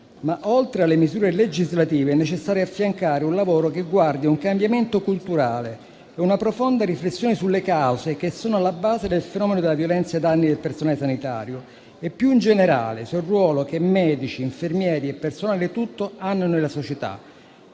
Oltre alle misure legislative è però necessario affiancare un lavoro che guardi un cambiamento culturale e una profonda riflessione sulle cause che sono alla base del fenomeno della violenza ai danni del personale sanitario e, più in generale, sul ruolo che medici, infermieri e personale tutto hanno nella società